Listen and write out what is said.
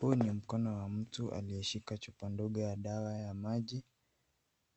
Huu ni mkono wa mtu aliyeshika chupa ndogo ya dawa maji